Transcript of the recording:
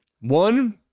One